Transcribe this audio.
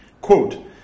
Quote